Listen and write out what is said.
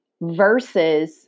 Versus